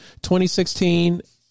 2016